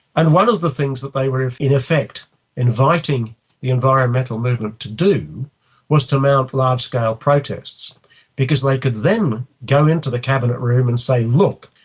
and one of the things that they were in effect inviting the environmental movement to do was to mount large-scale protests because they could then go into the cabinet room and say, look,